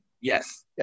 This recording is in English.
Yes